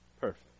perfect